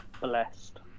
blessed